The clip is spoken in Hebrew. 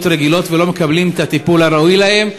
רגילות ולא מקבלים את הטיפול הראוי להם.